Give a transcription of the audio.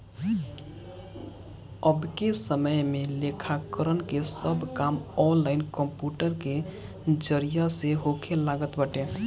अबके समय में लेखाकरण के सब काम ऑनलाइन कंप्यूटर के जरिया से होखे लागल बाटे